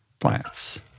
plants